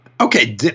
Okay